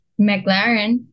McLaren